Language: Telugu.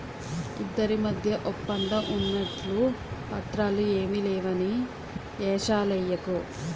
ఇద్దరి మధ్య ఒప్పందం ఉన్నట్లు పత్రాలు ఏమీ లేవని ఏషాలెయ్యకు